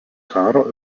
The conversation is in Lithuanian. karo